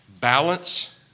Balance